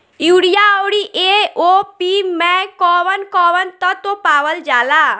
Urea औरी AOP मै कौवन कौवन तत्व पावल जाला?